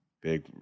big